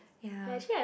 ya